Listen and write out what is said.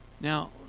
Now